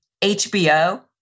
HBO